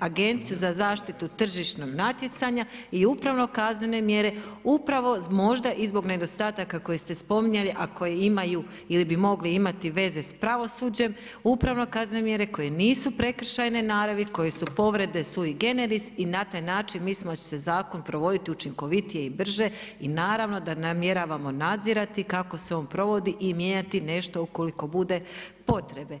Agenciju za zaštitu tržišnog natjecanja i upravno-kaznene mjere upravo možda i zbog nedostataka koji ste spominjali, a koje imaju ili bi mogle imati veze s pravosuđem, upravo-kaznene mjere koje nisu prekršajne naravi, koje su povrede sui generis i na taj način mislimo da će se zakon provoditi učinkovitije i brže i naravno da namjeravamo nadzirati kako se on provodi i mijenjati nešto ukoliko bude potrebe.